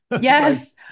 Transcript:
Yes